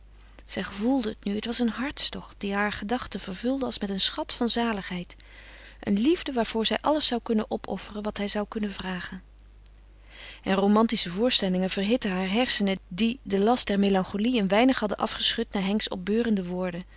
zij gevoelde het nu het was een hartstocht die haar gedachte vervulde als met een schat van zaligheid een liefde waarvoor zij alles zou kunnen opofferen wat hij zou kunnen vragen en romantische voorstellingen verhitten haar hersenen die den last der melancholie een weinig hadden afgeschud na henks opbeurende woorden